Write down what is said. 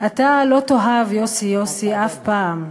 אתה לא תאהב, יוסי, יוסי / אף פעם.